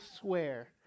swear